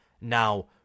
Now